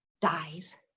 dies